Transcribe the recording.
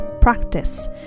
practice